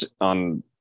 on